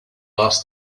last